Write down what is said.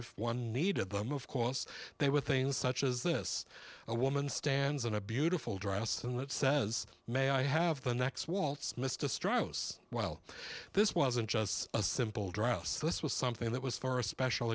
if one needed them of course there were things such as this a woman stands on a beautiful dress and it says may i have the next waltz mista stroh's while this wasn't just a simple dress this was something that was for a special